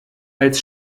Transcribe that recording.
als